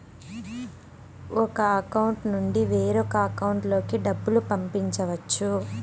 ఒక అకౌంట్ నుండి వేరొక అకౌంట్ లోకి డబ్బులు పంపించవచ్చు